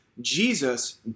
Jesus